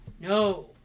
No